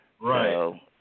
Right